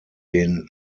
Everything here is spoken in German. den